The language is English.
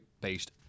based